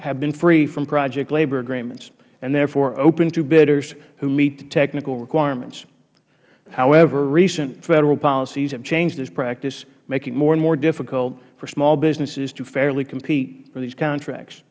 have been free from project labor agreements and therefore open to bidders who meet the technical requirements however recent federal policies have changed this practice making it more and more difficult for small businesses to fairly compete for these contracts